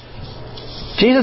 Jesus